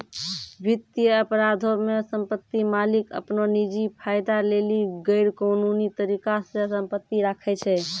वित्तीय अपराधो मे सम्पति मालिक अपनो निजी फायदा लेली गैरकानूनी तरिका से सम्पति राखै छै